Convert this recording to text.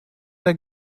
der